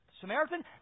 Samaritan